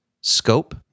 scope